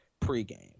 pregame